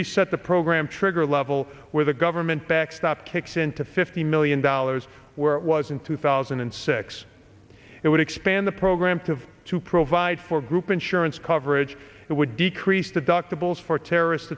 reset the program trigger level where the government backstop kicks in to fifty million dollars where it was in two thousand and six it would expand the program to to provide for group insurance coverage it would decrease the doctor bills for terrorist